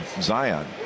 Zion